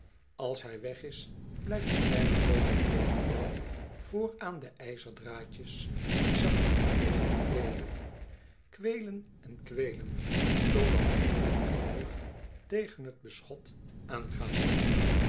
als hij weg is blijft de kleine vogel evenwel voor aan de ijzerdraadjes zacht tegen me kweelen kweelcn en kweelen totdat ik met mijn rug tegen t beschot aan ga zitten